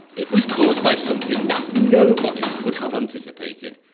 it was caused by something that no but could have anticipated,